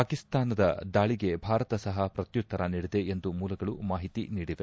ಪಾಕಿಸ್ತಾನ ದಾಳಿಗೆ ಭಾರತ ಸಹ ಪ್ರತ್ಯುತ್ತರ ನೀಡಿದೆ ಎಂದು ಮೂಲಗಳು ಮಾಹಿತಿ ನೀಡಿವೆ